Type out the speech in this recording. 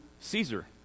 Caesar